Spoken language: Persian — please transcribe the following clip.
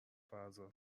فرزاد